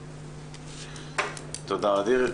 תודה, ע'דיר.